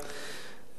יהי זכרו ברוך.